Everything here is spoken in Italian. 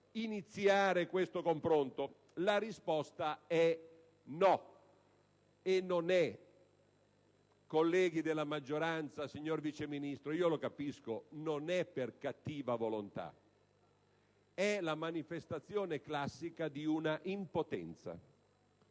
iniziare questo confronto? La risposta è stata negativa e - colleghi della maggioranza, signor Vice Ministro, lo capisco - non per cattiva volontà. È la manifestazione classica di una impotenza: